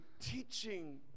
teaching